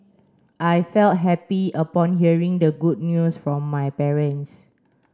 I felt happy upon hearing the good news from my parents